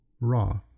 raw